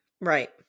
Right